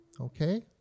Okay